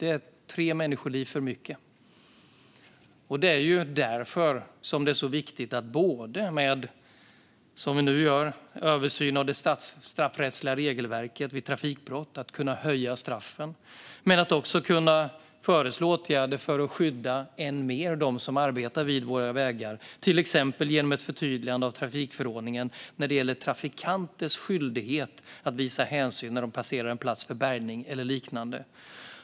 Det är tre människoliv för mycket, och det är därför som det är så viktigt både med, som vi nu gör, en översyn av det straffrättsliga regelverket vid trafikbrott för att kunna höja straffen och för att kunna föreslå åtgärder för att än mer kunna skydda dem som arbetar vid våra vägar. Vi gör det till exempel genom ett förtydligande av trafikförordningen när det gäller trafikanters skyldighet att visa hänsyn när de passerar en plats för bärgning eller liknande.